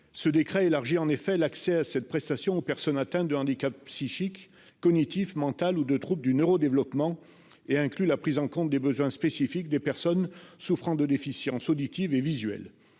Ce dernier élargit l'accès à cette prestation aux personnes atteintes d'un handicap psychique, cognitif, mental ou de troubles du neuro-développement et inclut la prise en compte des besoins spécifiques des personnes souffrant de déficience auditive et visuelle.